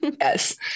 Yes